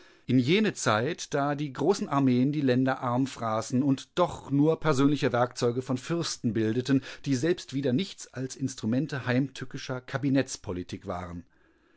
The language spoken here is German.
in jene zeit da die großen armeen die länder arm fraßen und doch nur persönliche werkzeuge von fürsten bildeten die selber wieder nichts als instrumente heimtückischer kabinettspolitik waren